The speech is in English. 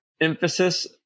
Emphasis